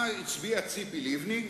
מה הצביעה ציפי לבני?